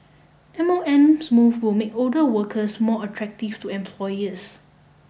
M O M's move will make older workers more attractive to employers